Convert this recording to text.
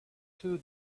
two